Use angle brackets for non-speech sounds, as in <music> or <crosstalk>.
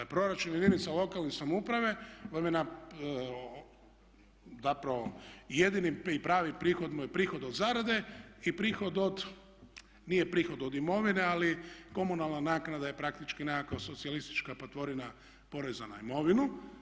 Proračun jedinica lokalne samouprave vam je, zapravo jedini i pravi prihod mu je prihod od zarade i prihod od, nije prihod od imovine ali komunalna naknada je praktički nekakva socijalistička … <unintelligible> poreza na imovinu.